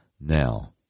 now